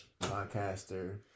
podcaster